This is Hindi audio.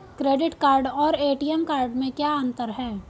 क्रेडिट कार्ड और ए.टी.एम कार्ड में क्या अंतर है?